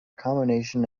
combination